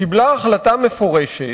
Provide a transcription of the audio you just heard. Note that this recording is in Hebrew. קיבלה החלטה מפורשת,